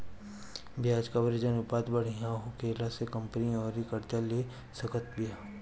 ब्याज कवरेज अनुपात बढ़िया होखला से कंपनी अउरी कर्जा ले सकत बिया